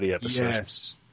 yes